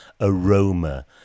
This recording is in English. aroma